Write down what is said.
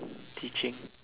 teaching